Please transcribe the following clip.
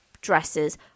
dresses